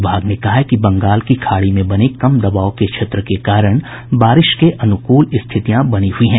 विभाग ने कहा है कि बंगाल की खाड़ी में बने कम दबाव के क्षेत्र के कारण बारिश के अनुकूल स्थितियां बनी हुई हैं